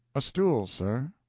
a stool, sir.